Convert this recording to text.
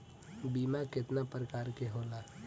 बीमा केतना प्रकार के होला?